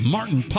Martin